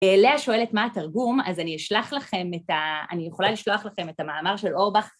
לאה שואלת מה התרגום, אז אני אשלח לכם את ה... אני יכולה לשלוח לכם את המאמר של אורבך.